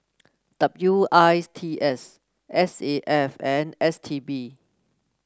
W I T S S A F and S T B